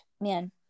man